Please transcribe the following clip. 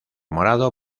morado